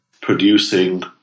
producing